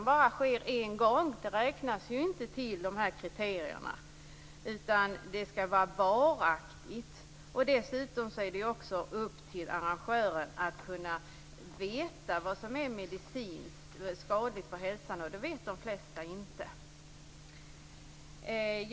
Det skall vara fråga om något varaktigt. Dessutom är det upp till arrangören att veta vad som är medicinskt skadligt för hälsan. Det vet de flesta inte.